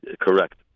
Correct